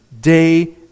day